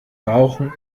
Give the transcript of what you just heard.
rauchen